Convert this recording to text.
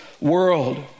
world